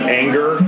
anger